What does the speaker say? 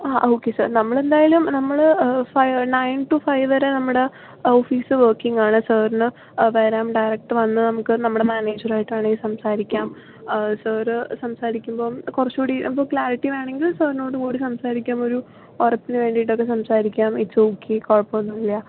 ആ ഒക്കെ സാർ നമ്മളെന്തായാലും നമ്മൾ നൈൺ ടൂ ഫൈവ് വരെ നമ്മുടെ ഓഫീസ് വർക്കിംഗ് ആണ് സാറിന് വരാം ഡയറക്ട് വന്ന് നമുക്ക് നമ്മുടെ മാനേജറുമായിയി ആണെങ്കിൽ സംസാരിക്കാം സാറ് സംസാരിക്കുമ്പം കുറച്ചുകൂടി ഇപ്പോൾ ക്ലാരിറ്റി വേണമെങ്കിൽ സാറിനോടുകൂടി സംസാരിക്കാം ഒരു ഉറപ്പിന് വേണ്ടിയിട്ട് ഒക്കെ സംസാരിക്കാം ഇറ്റ്സ് ഓക്കേ കുഴപ്പമൊന്നുമില്ല